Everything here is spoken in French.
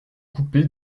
coupé